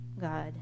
God